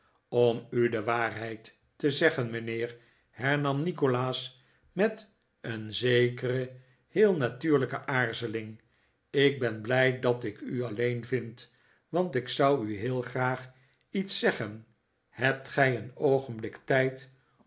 om u de waarheid te zeggen mijnheer hernam nikolaas met een zekere heel natuurlijke aarzeling ik ben blij dat ik u alleen vind want ik zou u heel graag iets zeggen hebt gij een oogenblik tijd